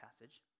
passage